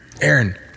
Aaron